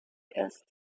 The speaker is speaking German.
ist